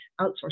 outsource